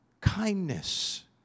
kindness